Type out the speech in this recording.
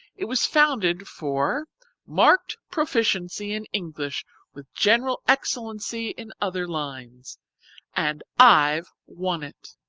it was founded for marked proficiency in english with general excellency in other lines and i've won it!